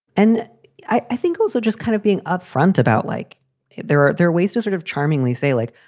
and i think also just kind of being upfront about like there are there ways to sort of charmingly say, like,